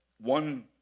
One